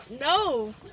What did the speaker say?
No